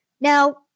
Now